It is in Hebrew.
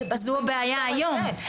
זו הבעיה היום.